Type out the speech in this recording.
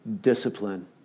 discipline